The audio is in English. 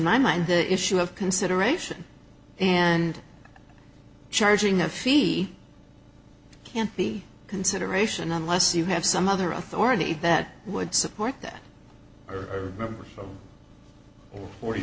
my mind the issue of consideration and charging a fee can't be consideration unless you have some other authority that would support that or members or fo